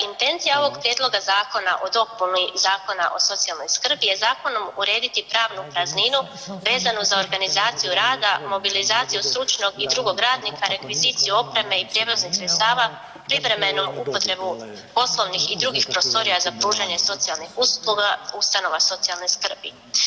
Intencija ovog Prijedloga zakona o dopuni Zakona o socijalnoj skrbi je zakonom urediti pravnu prazninu vezanu za organizaciju rada, mobilizaciju stručnog i drugog radnika, rekviziciju opreme i prijevoznih sredstava, privremenu upotrebu poslovnih i drugih prostorija za pružanje socijalnih usluga ustanova socijalne skrbi.